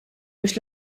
biex